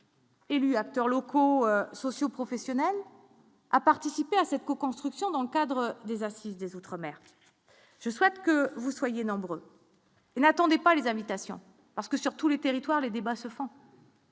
élus, acteurs locaux socio-professionnels à participer à cette co-construction dans le cadre des Assises des Outre-Mer. Je souhaite que vous soyez nombreux n'attendez pas les habitations parce que sur tout les territoires, les débats se font.